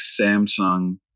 Samsung